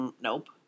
nope